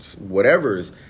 whatever's